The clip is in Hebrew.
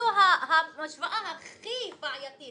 שזו ההשוואה הכי בעייתית